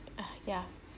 uh yeah